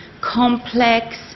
complex